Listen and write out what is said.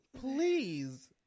Please